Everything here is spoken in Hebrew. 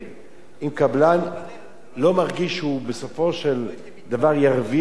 אם קבלן לא מרגיש שבסופו של דבר הוא ירוויח מזה,